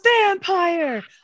vampire